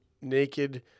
naked